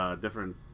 different